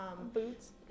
boots